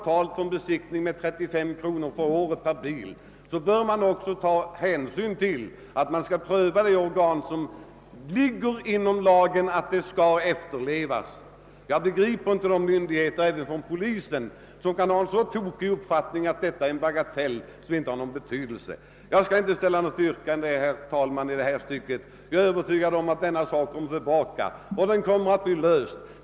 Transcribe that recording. Tar man 35 kronor för den årliga besiktningen, bör man också kontrollera alla de detaljer i utrustningen som krävs för att lagen skall kunna efterlevas. Jag begriper inte de myndigheter — däribland rikspolisstyrelsen — som har en så tokig uppfattning att de anser att detta är en bagatell som inte har någon betydelse. Jag skall inte ställa något yrkande. Jag är övertygad om att denna fråga kommer tillbaka och att den kommer att lösas.